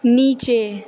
नीचे